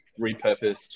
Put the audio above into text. repurposed